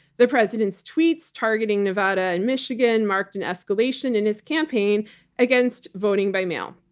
the president's tweets targeting nevada and michigan marked an escalation in his campaign against voting by mail.